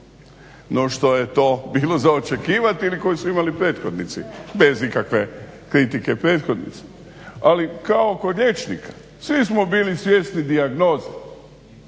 no što je to bilo za očekivati ili koji su imali prethodnici, bez ikakve kritike prethodnicima. Ali kao kod liječnika svi smo bili svjesni dijagnoze,